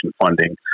funding